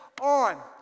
on